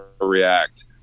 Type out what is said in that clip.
react